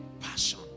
Passion